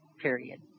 period